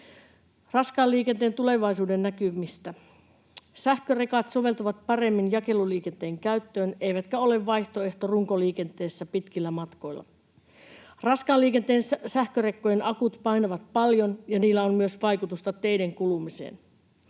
Raskaan liikenteen tulevaisuuden näkymistä: Sähkörekat soveltuvat paremmin jakeluliikenteen käyttöön eivätkä ole vaihtoehto runkoliikenteessä pitkillä matkoilla. Raskaan liikenteen sähkörekkojen akut painavat paljon, ja niillä on myös vaikutusta teiden kulumiseen.